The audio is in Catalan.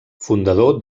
fundador